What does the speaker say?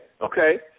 Okay